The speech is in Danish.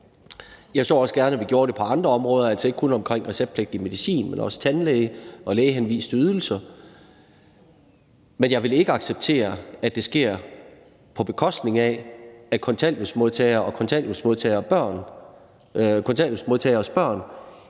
jeg så også gerne, at vi gjorde det på andre områder, altså ikke kun omkring receptpligtig medicin, men også tandlæge og lægehenviste ydelser – men jeg vil ikke acceptere, at det sker, på bekostning af at kontanthjælpsmodtagere og kontanthjælpsmodtageres børn skal friholdes for